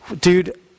dude